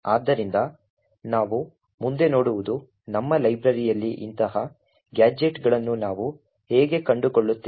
ಆದ್ದರಿಂದ ನಾವು ಮುಂದೆ ನೋಡುವುದು ನಮ್ಮ ಲೈಬ್ರರಿಯಲ್ಲಿ ಇಂತಹ ಗ್ಯಾಜೆಟ್ಗಳನ್ನು ನಾವು ಹೇಗೆ ಕಂಡುಕೊಳ್ಳುತ್ತೇವೆ